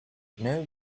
know